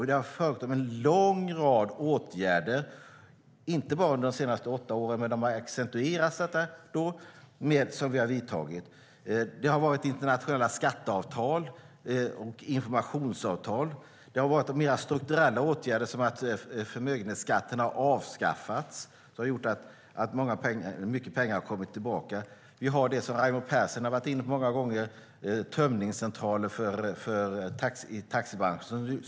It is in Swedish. Det har vidtagits en lång rad åtgärder, inte bara under de senaste åtta åren; men de har accentuerats då. Det har varit internationella skatteavtal och informationsavtal. Och mer strukturella åtgärder som att förmögenhetsskatten har avskaffats har lett till att mycket pengar har kommit tillbaka. En annan åtgärd, som Raimo Pärssinen har varit inne på många gånger, är tömningscentraler i taxibranschen.